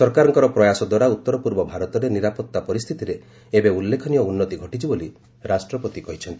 ସରକାରଙ୍କର ପ୍ରୟାସଦ୍ୱାରା ଉତ୍ତର ପୂର୍ବ ଭାରତରେ ନିରାପତ୍ତା ପରିସ୍ଥିତିରେ ଏବେ ଉଲ୍ଲେଖନୀୟ ଉନ୍ନତି ଘଟିଛି ବୋଲି ରାଷ୍ଟ୍ରପତି କହିଛନ୍ତି